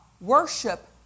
worship